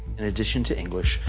in addition to english,